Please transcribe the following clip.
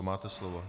Máte slovo.